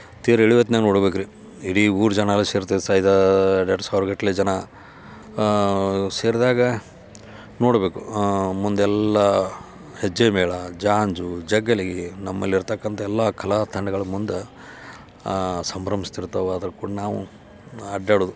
ತೇರು ಎಳಿವೊತ್ನ್ಯಾಗ ನೋಡ್ಬೇಕು ರೀ ಇಡೀ ಊರ ಜನ ಎಲ್ಲ ಸೇರ್ತಿದ್ರು ಸ ಇದ ಎರಡು ಎರಡು ಸಾವಿರಗಟ್ಟಲೆ ಜನ ಸೇರಿದಾಗ ನೋಡಬೇಕು ಮುಂದೆಲ್ಲ ಹೆಜ್ಜೆಮೇಳ ಜಾಂಜು ಜಗ್ಗಲಿಗೆ ನಮ್ಮಲ್ಲಿ ಇರತಕ್ಕಂಥ ಎಲ್ಲ ಕಲಾ ತಂಡಗಳು ಮುಂದೆ ಸಂಭ್ರಮಿಸ್ತಿರ್ತಾವೆ ಆದ್ರು ಕೂಡ ನಾವು ಅಡ್ಡಾಡುದು